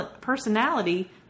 personality